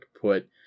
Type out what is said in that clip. put